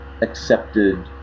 accepted